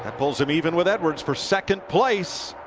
pulls him even with edwards for second place.